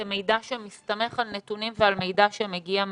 שמידע שמסתמך על נתונים ועל מידע שמגיע מהם.